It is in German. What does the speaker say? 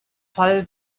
fall